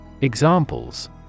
Examples